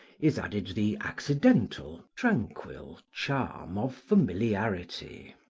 is added the accidental, tranquil, charm of familiarity.